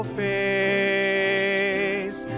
face